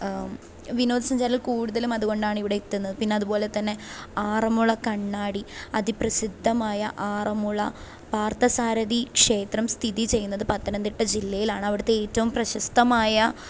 വിനോദസഞ്ചാരികള് കൂടുതലും അതുകൊണ്ടാണിവിടെ എത്തുന്നത് അതുപോലെ തന്നെ ആറന്മുള കണ്ണാടി അതി പ്രസിദ്ധമായ ആറന്മുള പാർത്ഥസാരഥി ക്ഷേത്രം സ്ഥിതി ചെയ്യുന്നത് പത്തനന്തിട്ട ജില്ലയിലാണ് അവിടുത്തെ ഏറ്റവും പ്രശസ്തമായ